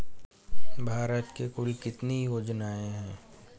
भारत में कुल कितनी योजनाएं हैं?